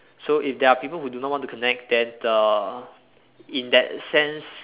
so if there are people who do not want to connect then uh in that sense